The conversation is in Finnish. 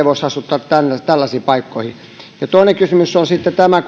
voisi asuttaa tällaisiin paikkoihin toinen kysymys on sitten tämä